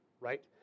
right